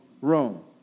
Rome